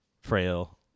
Frail